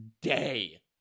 day